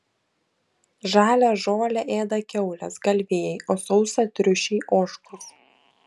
žalią žolę ėda kiaulės galvijai o sausą triušiai ožkos